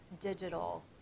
Digital